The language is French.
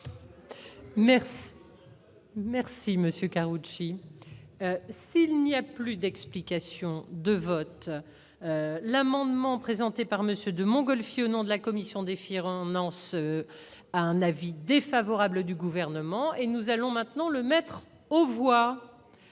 Monsieur Karoutchi. S'il n'y a plus d'explications de vote l'amendement présenté par Monsieur de Mongolfier au nom de la commission défieront n'annonce pas un avis défavorable du gouvernement et nous allons maintenant le mettre aux voix